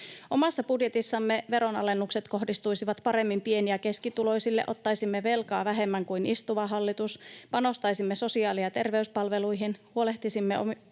Omassa budjetissamme veronalennukset kohdistuisivat paremmin pieni- ja keskituloisille, ottaisimme velkaa vähemmän kuin istuva hallitus, panostaisimme sosiaali- ja terveyspalveluihin, huolehtisimme osaamisesta